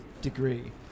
degree